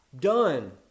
Done